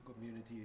community